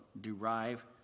derive